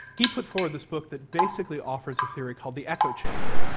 he put forward this book that basically offers a theory called the echo chamber.